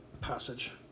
passage